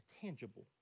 tangible